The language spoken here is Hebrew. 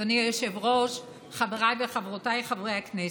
אדוני היושב-ראש, חבריי וחברותיי חברי הכנסת,